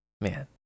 Man